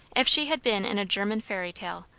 if she had been in a german fairy tale,